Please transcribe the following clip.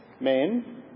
men